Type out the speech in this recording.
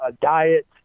diet